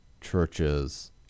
churches